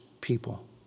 people